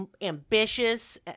ambitious